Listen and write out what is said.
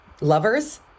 lovers